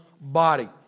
body